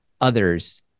others